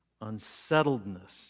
unsettledness